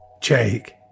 Jake